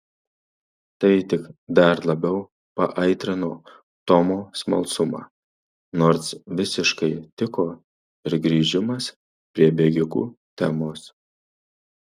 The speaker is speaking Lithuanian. tai tik dar labiau paaitrino tomo smalsumą nors visiškai tiko ir grįžimas prie bėgikų temos